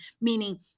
meaning